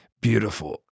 Beautiful